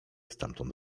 stamtąd